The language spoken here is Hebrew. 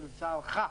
שלצערך,